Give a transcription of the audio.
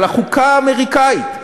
על החוקה האמריקנית.